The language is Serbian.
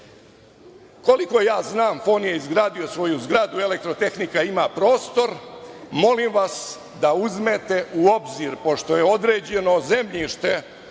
FON-u. Koliko ja znam, FON je izgradio svoju zgradu. Elektrotehnika ima prostor. Molim vas da uzmete u obzir, pošto je određeno zemljište